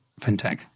fintech